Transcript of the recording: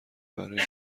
برای